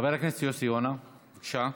חבר הכנסת יוסי יונה, בבקשה.